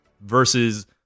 versus